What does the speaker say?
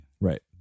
Right